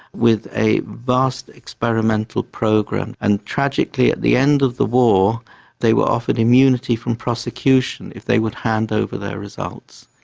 with a vast experimental program. and tragically at the end of the war they were offered immunity from prosecution if they would hand hand over their results.